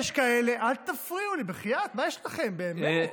יש כאלה, אל תפריעו לי, בחייאת, מה יש לכם, באמת.